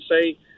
say –